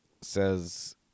Says